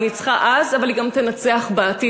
היא ניצחה אז, אבל היא גם תנצח בעתיד.